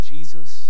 Jesus